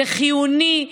זה חיוני.